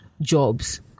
jobs